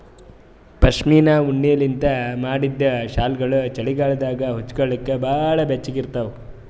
ಪಶ್ಮಿನಾ ಉಣ್ಣಿಲಿಂತ್ ಮಾಡಿದ್ದ್ ಶಾಲ್ಗೊಳು ಚಳಿಗಾಲದಾಗ ಹೊಚ್ಗೋಲಕ್ ಭಾಳ್ ಬೆಚ್ಚಗ ಇರ್ತಾವ